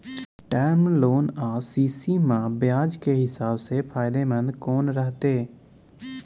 Term loan आ CC म ब्याज के हिसाब से फायदेमंद कोन रहते?